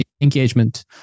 engagement